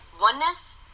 Oneness